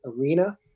arena